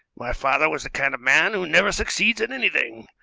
my father was the kind of man who never succeeds at anything,